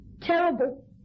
Terrible